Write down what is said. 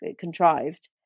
contrived